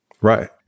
Right